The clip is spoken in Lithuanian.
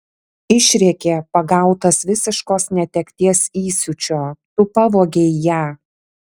išrėkė pagautas visiškos netekties įsiūčio tu pavogei ją